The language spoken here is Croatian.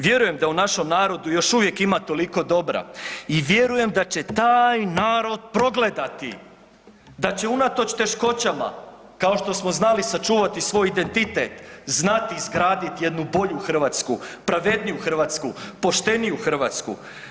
Vjerujem da u našem narodu još uvijek ima toliko dobra i vjerujem da će taj narod progledati, da će unatoč teškoćama kao što smo znali sačuvati svoj identitet znati izgraditi jednu bolju Hrvatsku, pravedniju Hrvatsku, pošteniju Hrvatsku.